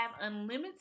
unlimited